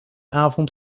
avond